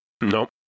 Nope